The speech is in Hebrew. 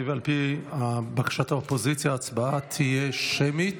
על פי בקשת האופוזיציה ההצבעה תהיה שמית.